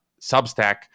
Substack